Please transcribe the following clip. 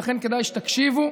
ולכן כדאי שתקשיבו.